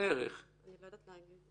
אני לא יודעת להגיד.